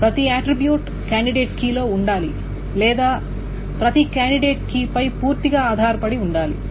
ప్రతి attribute candidate key లో ఉండాలి లేదా ప్రతి కాండిడేట్ కీపై పూర్తిగా ఆధారపడి ఉండాలి